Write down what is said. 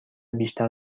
بیشتر